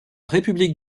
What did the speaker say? république